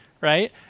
right